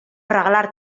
regalar